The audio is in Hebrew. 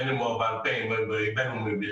בין אם הוא בעל פה ובין אם בכתב,